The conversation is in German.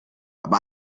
aber